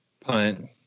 Punt